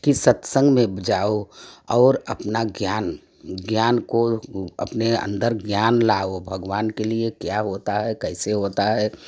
सत्संग में जाओ और अपना ज्ञान को अपने अंदर ज्ञान लाओ भगवान के लिए क्या होता है कैसे होता है